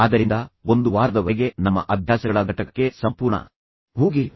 ಆದ್ದರಿಂದ ಒಂದು ವಾರದವರೆಗೆ ನಮ್ಮ ಅಭ್ಯಾಸಗಳ ಘಟಕಕ್ಕೆ ಸಂಪೂರ್ಣ ಹೋಗಿ